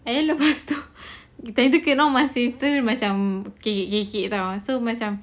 and then lepas tu kita semua masih student macam kecil-kecil [tau]